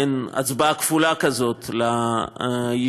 מעין הצבעה כפולה כזאת לישות-על,